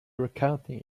recounting